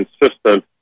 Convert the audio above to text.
consistent